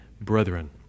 brethren